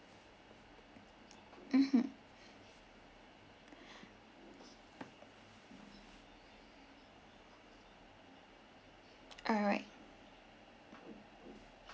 mmhmm all right